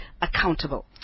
accountable